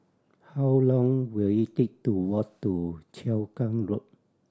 how long will it take to walk to Cheow Keng Road